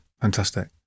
Fantastic